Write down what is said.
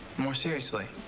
more seriously.